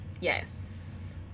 Yes